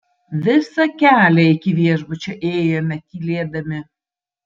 visą kelią iki viešbučio ėjome tylėdami